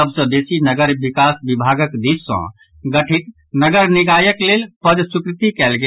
सभ सॅ बेसी नगर विकास विभागक दिस सॅ गठित नगर निकायक लेल पद स्वीकृति कयल गेल